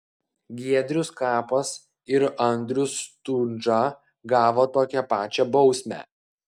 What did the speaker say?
giedrius skapas ir andrius stundža gavo tokią pačią bausmę